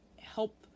help